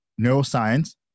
neuroscience